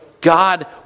God